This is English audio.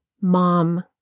mom